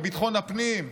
בביטחון הפנים,